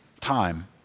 time